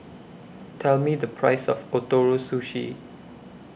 Tell Me The Price of Ootoro Sushi